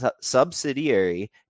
subsidiary